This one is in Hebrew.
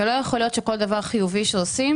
ולא יכול להיות שכל דבר חיובי שעושים